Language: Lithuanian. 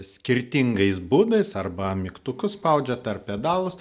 skirtingais būdais arba mygtukus spaudžiat ar pedalus